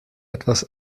etwas